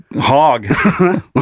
hog